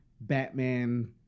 Batman